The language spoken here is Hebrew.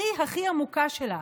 הכי הכי עמוקה שלה.